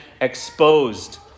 exposed